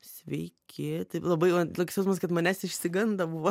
sveiki taip labai toks jausmas kad manęs išsigando buvo